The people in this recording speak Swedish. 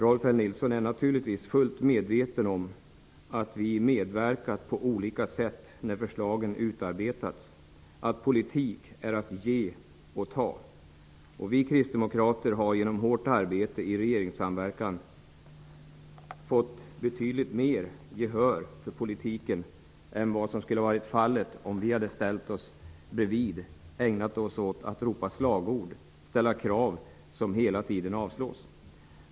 Rolf L Nilson är naturligtvis fullt medveten om att vi på olika sätt har medverkat när förslagen har utarbetats, att politik är att ge och ta. Vi kristdemokrater har genom hårt arbete i regeringssamverkan fått betydligt mer gehör för vår politik än vad som skulle ha varit fallet om vi hade ställt oss bredvid, ägnat oss åt att ropa slagord och ställa krav som hela tiden avslås.